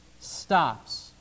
stops